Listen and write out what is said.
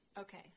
Okay